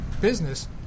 business